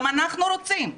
גם אנחנו רוצים,